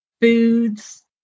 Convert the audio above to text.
foods